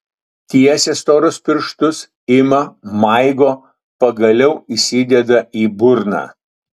tiesia storus pirštus ima maigo pagaliau įsideda į burną